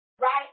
Right